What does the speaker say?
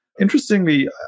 Interestingly